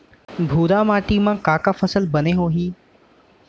भूरा माटी मा का का फसल बने होही?